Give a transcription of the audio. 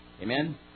Amen